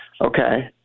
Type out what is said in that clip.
okay